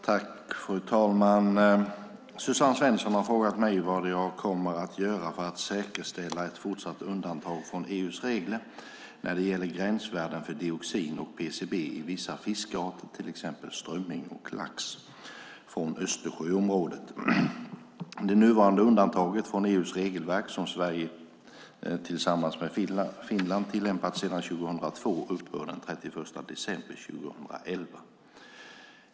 Fru talman! Suzanne Svensson har frågat mig vad jag kommer att göra för att säkerställa ett fortsatt undantag från EU:s regler när det gäller gränsvärden för dioxin och PCB i vissa fiskarter, till exempel strömming och lax, från Östersjöområdet. Det nuvarande undantaget från EU:s regelverk, som Sverige tillsammans med Finland tillämpat sedan 2002, upphör den 31 december 2011.